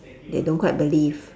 they don't quite believe